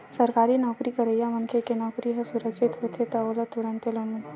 सरकारी नउकरी करइया मनखे के नउकरी ह सुरक्छित होथे त ओला तुरते लोन मिलथे